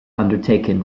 undertaken